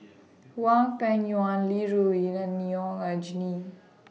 Hwang Peng Yuan Li Rulin and Neo Anngee